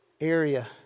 area